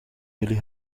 jullie